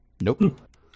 Nope